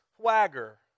swagger